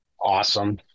awesome